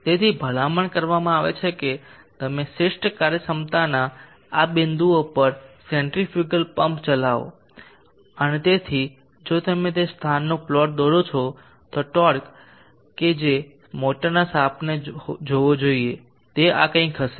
તેથી ભલામણ કરવામાં આવે છે કે તમે શ્રેષ્ઠ કાર્યક્ષમતાના આ બિંદુઓ પર સેન્ટ્રીફ્યુગલ પમ્પ ચલાવો અને તેથી જો તમે તે સ્થાનનું પ્લોટ દોરો છો તો ટોર્ક કે જે મોટરના શાફ્ટને જોવો જોઈએ તે આ કંઈક હશે